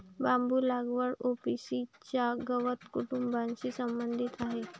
बांबू लागवड पो.ए.सी च्या गवत कुटुंबाशी संबंधित आहे